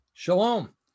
Shalom